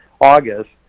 august